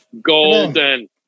Golden